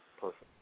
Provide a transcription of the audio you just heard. perfect